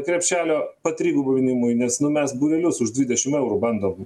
krepšelio patrigubinimui nes nu mes būrelius už dvidešim eurų bandom